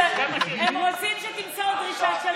הם רוצים שתמסור דרישת שלום לכל מיני.